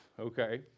okay